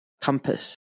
compass